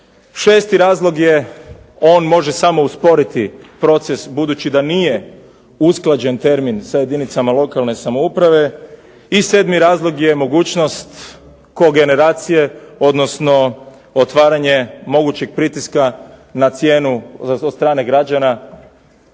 Šesti razlog je on može samo usporiti proces budući da nije usklađen termin sa jedinicama lokalne samouprave i sedmi razlog je mogućnost kogeneracije, odnosno otvaranje mogućeg pritiska na cijenu od strane građana